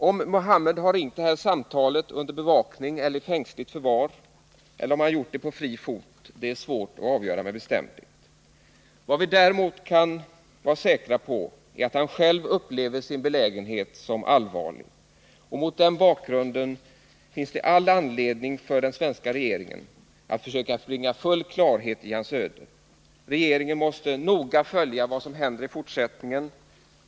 Om Mohamed Rafrafi har ringt det här samtalet under bevakning eller i fängsligt förvar eller om han har gjort det på fri fot är svårt att avgöra med bestämdhet. Vad vi däremot kan vara säkra på är att han själv upplever sin belägenhet som allvarlig. Mot den bakgrunden finns det all anledning för den svenska regeringen att försöka bringa full klarhet i hans öde. Regeringen måste noga följa vad som händer i fortsättningen.